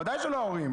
ודאי שלא ההורים,